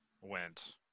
went